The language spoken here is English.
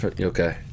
okay